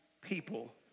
people